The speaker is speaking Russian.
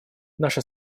наша